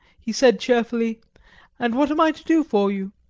he said, cheerfully and what am i do for you?